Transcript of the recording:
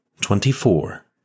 Twenty-four